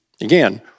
Again